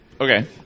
Okay